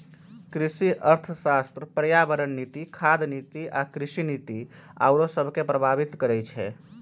कृषि अर्थशास्त्र पर्यावरण नीति, खाद्य नीति आ कृषि नीति आउरो सभके प्रभावित करइ छै